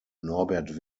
norbert